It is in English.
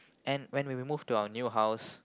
and when we move to our new house